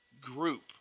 group